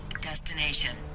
Destination